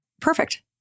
Perfect